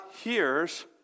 hears